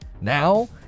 now